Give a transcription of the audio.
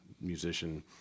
musician